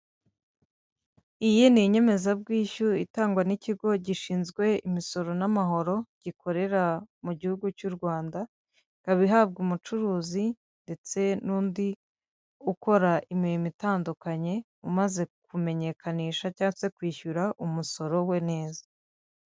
Iyi ni inyemezabwishyu itangwa n'ikigo gishinzwe imisoro n'amahoro, gikorera mu gihugu cy'u Rwanda, ikaba ihabwa umucuruzi ndetse n'undi ukora imirimo itandukanye ,umaze kumenyekanisha cyangwa kwishyura umusoro we neza.